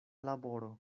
laboro